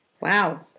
wow